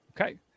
Okay